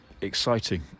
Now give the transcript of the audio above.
exciting